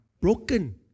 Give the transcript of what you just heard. Broken